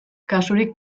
kasurik